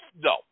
no